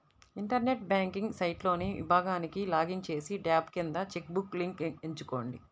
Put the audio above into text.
internet banking సైట్లోని విభాగానికి login చేసి, ట్యాబ్ కింద చెక్ బుక్ లింక్ ఎంచుకోండి